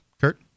Kurt